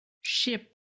ship